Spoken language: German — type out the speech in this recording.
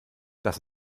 das